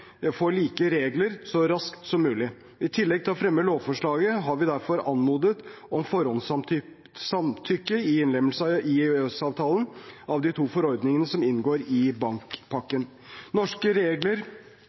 like regler så raskt som mulig. I tillegg til å fremme lovforslaget har vi derfor anmodet om forhåndssamtykke til innlemmelse i EØS-avtalen av de to forordningene som inngår i